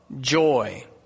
joy